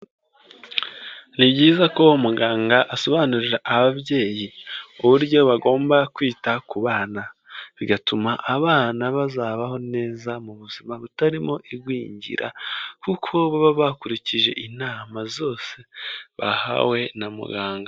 Ni byiza ko muganga asobanurira ababyeyi uburyo bagomba kwita ku bana, bigatuma abana bazabaho neza butarimo igwingira, kuko baba bakurikije inama zose bahawe na muganga.